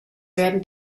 werden